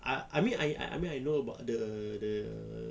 I I mean I I know about the the the